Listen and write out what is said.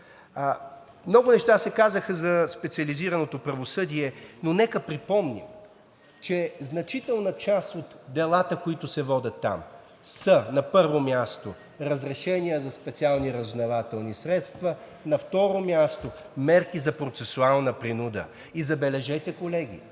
Много неща се казаха за специализираното правосъдие, но нека припомним, че значителна част от делата, които се водят там, са: на първо място, разрешения за специални разузнавателни средства, на второ място, мерки за процесуална принуда. И забележете, колеги,